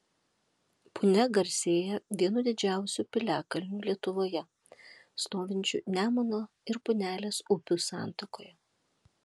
punia garsėja vienu didžiausių piliakalnių lietuvoje stovinčiu nemuno ir punelės upių santakoje